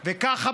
וככה,